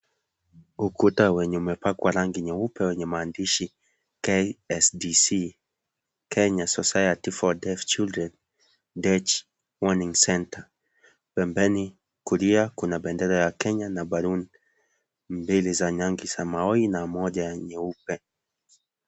Ukuta wenye umepakwa rangi nyeupe wenyemaandishi KSDC , Kenya Society for Deaf Children , DUTCH Warning Centre . Pembeni kulia kuna bendera ya Kenya na Baruni. Mbili za rangi ya samawi na moja nyeupe.